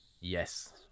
yes